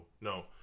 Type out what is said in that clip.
No